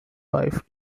wife